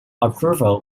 approval